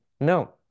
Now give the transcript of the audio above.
no